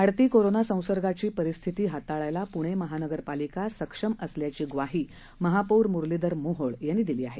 वाढती कोरोना संसर्गाची परिस्थिती हाताळण्यास पूणे महापालिका सक्षम असल्याची ग्वाही महापौर मुरलीधर मोहोळ यांनी दिली आहे